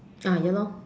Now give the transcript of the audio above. ah ya lor